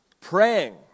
praying